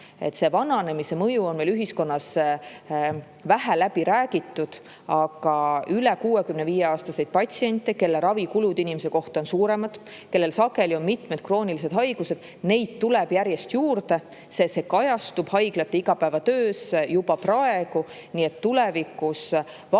Vananemise mõju on meil ühiskonnas vähe läbi räägitud, aga üle 65-aastaseid patsiente, kelle ravikulud inimese kohta on suuremad ja kellel sageli on mitmed kroonilised haigused, tuleb järjest juurde. See kajastub haiglate igapäevatöös juba praegu. Nii et vaatamata